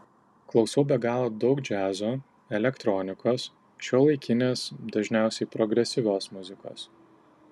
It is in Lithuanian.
klausau be galo daug džiazo elektronikos šiuolaikinės dažniausiai progresyvios muzikos